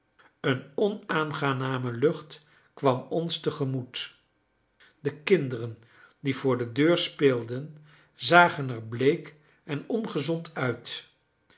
een onaangename lucht kwam ons tegemoet de kinderen die voor de deur speelden zagen er bleek en ongezond uit